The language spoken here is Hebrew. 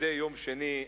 כמדי יום שני,